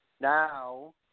Now